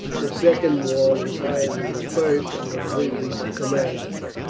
the second wall was higher than the first, and completely commanded it.